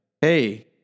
Hey